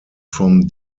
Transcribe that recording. from